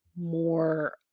more